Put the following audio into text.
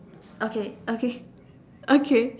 okay okay okay